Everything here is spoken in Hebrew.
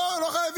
לא, לא חייבים.